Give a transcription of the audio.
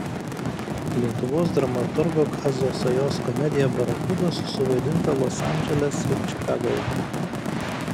lietuvos dramaturgo kazio sajos komedija barakudos suvaidinta los angeles ir čikagoje